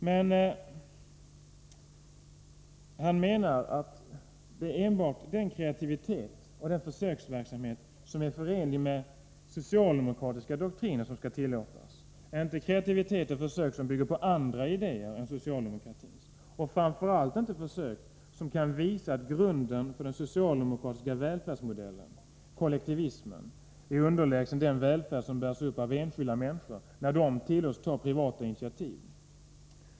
Men han menar att det enbart är den kreativitet och den försöksverksamhet som är förenliga med socialdemokratiska doktriner som skall tillåtas, inte kreativitet och försök som bygger på andra idéer än socialdemokratins — framför allt inte försök som kan visa att grunden för den socialdemokratiska välfärdsmodellen, kollektivismen, är underlägsen den välfärd som bärs upp av enskilda människor, när de tillåts ta privata initiativ.